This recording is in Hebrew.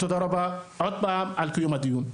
שוב, תודה רבה על קיום הדיון.